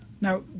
Now